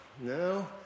no